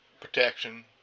protection